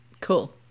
Cool